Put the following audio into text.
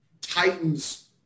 Titans